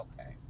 Okay